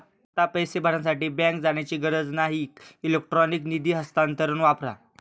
आता पैसे भरण्यासाठी बँकेत जाण्याची गरज नाही इलेक्ट्रॉनिक निधी हस्तांतरण वापरा